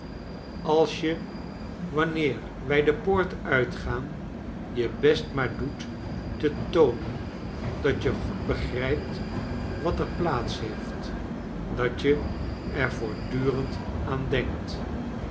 als je wanneer wij de poort uitgaan je best maar doet te toonon dat je goed begrijpt wat er plaats heeft dat je er voortdurend aan clenkt